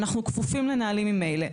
אנחנו כפופים לנהלים ממילא.